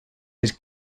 his